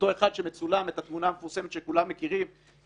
כולם ישמעו אותך.